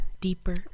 deeper